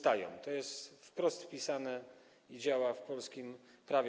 To jest wprost wpisane i działa w polskim prawie.